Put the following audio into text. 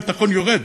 הביטחון יורד,